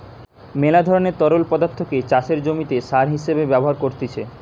মেলা ধরণের তরল পদার্থকে চাষের জমিতে সার হিসেবে ব্যবহার করতিছে